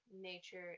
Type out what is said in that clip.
nature